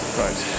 right